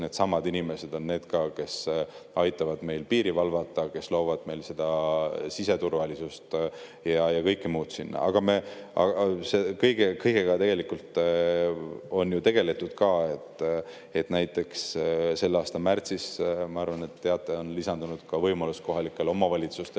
needsamad inimesed on need, kes aitavad meil piiri valvata, kes loovad meil seda siseturvalisust ja kõike muud sinna. Kõigega tegelikult on tegeletud ka. Näiteks selle aasta märtsis, ma arvan, et te teate, on lisandunud ka võimalus kohalikel omavalitsustel